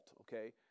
okay